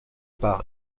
par